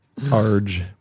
Arge